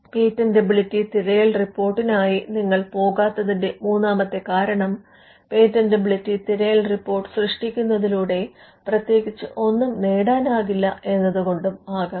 patentability തിരയൽ റിപ്പോർട്ടിനായി നിങ്ങൾ പോകാത്തതിന്റെ മൂന്നാമത്തെ കാരണം പേറ്റന്റബിലിറ്റി തിരയൽ റിപ്പോർട്ട് സൃഷ്ടിക്കുന്നതിലൂടെ പ്രതേകിച്ച് ഒന്നും നേടാനാകില്ല എന്നതുകൊണ്ടാകാം